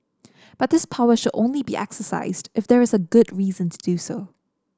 but this power should only be exercised if there is a good reason to do so